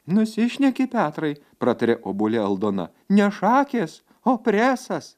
nusišneki petrai pratarė obuolė aldona ne šakės o presas